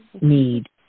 need